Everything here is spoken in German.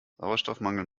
sauerstoffmangel